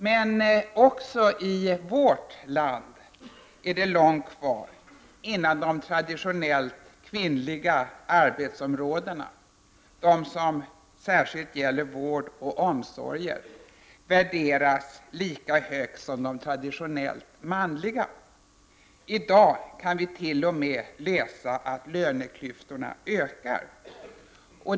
Men också i vårt land är det långt kvar innan de traditionellt kvinnliga arbetsområdena, särskilt de som gäller vård och omsorger, värderas lika högt som de traditionellt manliga. I dag kan vi t.o.m. läsa att löneklyftorna ökar.